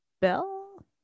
bell